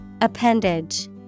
Appendage